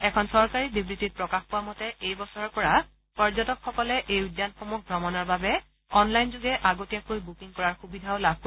এখন চৰকাৰী বিবৃতিত প্ৰকাশ পোৱা মতে এই বছৰৰ পৰা পৰ্যটকসকলে এই উদ্যানসমূহ ভ্ৰমণৰ বাবে অনলাইন যোগে আগতীয়াকৈ বুকিং কৰাৰ সুবিধাও লাভ কৰিব